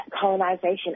Colonization